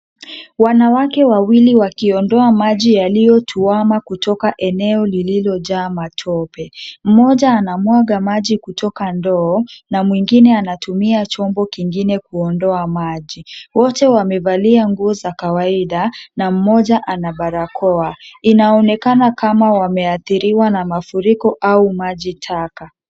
Wanawake wawili wakiondoa maji yaliyotuwama kutoka eneo lililojaa machope. Mmoja anamwaga maji kutoka ndoo na mwingine anatumia chombo kingine kuondoa maji. Wote wamevalia nguo za kawaida na mmoja ana barakoa. Inaonekana kama wameathiriwa na mafuriko au maji taka.